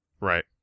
Right